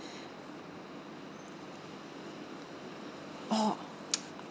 oh